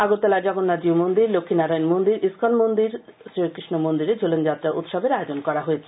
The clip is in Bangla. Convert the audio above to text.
আগরতলার জগন্নাথ জিউ মন্দির লক্ষ্মীনারায়ণ মন্দির ইস্কন মন্দির ও শ্রীকৃষ্ণ মন্দিরে ঝুলন যাত্রা উৎসবের আয়োজন করা হয়েছে